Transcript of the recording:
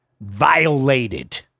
violated